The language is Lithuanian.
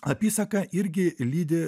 apysaka irgi lydi